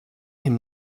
him